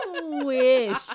wish